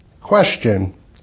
Question